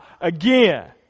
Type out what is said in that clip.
again